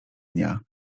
dnia